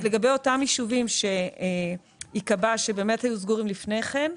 לגבי אותם יישובים שייקבע שהם היו סגורים לפני כן,